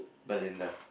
Belinda